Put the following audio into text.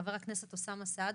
חבר הכנסת קיש,